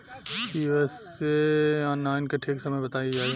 Pusa nine के ठीक समय बताई जाई?